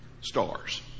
stars